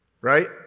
right